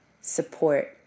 support